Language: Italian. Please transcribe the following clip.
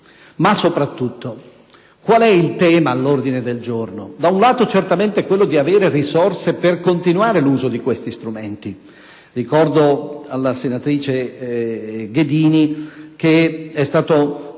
Ma soprattutto, qual è il tema all'ordine del giorno? Da un lato, certamente, c'è l'esigenza di avere risorse per continuare nell'uso di questi strumenti. Ricordo alla senatrice Ghedini che è stato